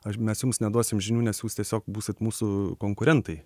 aš mes jums neduosim žinių nes jūs tiesiog būsit mūsų konkurentai